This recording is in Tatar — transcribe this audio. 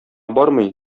бармый